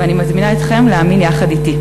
ואני מזמינה אתכם להאמין יחד אתי.